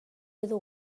edo